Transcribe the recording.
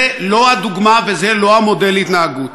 זה לא הדוגמה וזה לא המודל להתנהגות.